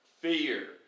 fear